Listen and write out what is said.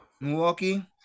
Milwaukee